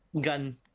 gun